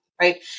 right